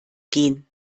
gehen